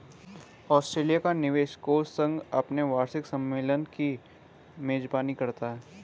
Australia का निवेश कोष संघ अपने वार्षिक सम्मेलन की मेजबानी करता है